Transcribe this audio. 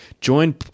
Join